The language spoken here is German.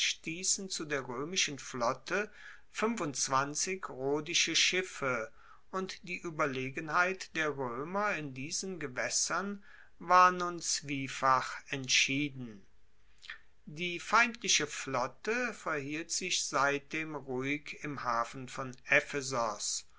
zu der roemischen flotte rhodische schiffe und die ueberlegenheit der roemer in diesen gewaessern war nun zwiefach entschieden die feindliche flotte verhielt sich seitdem ruhig im hafen von